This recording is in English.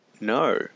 No